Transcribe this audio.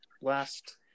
last